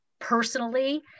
personally